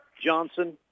Johnson